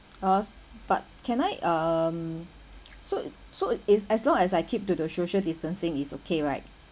uh but can I um so so is as long as I keep to the social distancing is okay right